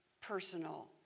personal